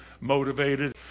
motivated